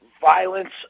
violence